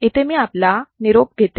इथे मी आपला निरोप घेते